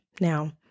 Now